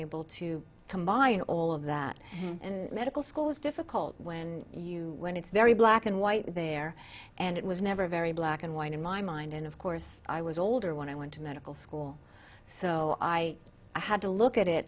able to combine all of that and medical school was difficult when you went it's very black and white there and it was never very black and white in my mind and of course i was older when i went to medical school so i had to look at it